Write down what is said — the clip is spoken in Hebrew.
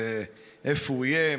ואיפה הוא יהיה,